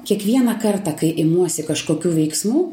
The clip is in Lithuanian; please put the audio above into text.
kiekvieną kartą kai imuosi kažkokių veiksmų